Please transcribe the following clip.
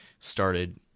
started